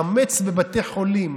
חמץ בבתי חולים,